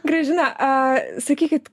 gražina sakykit